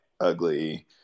ugly